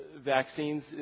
vaccines